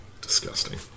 Disgusting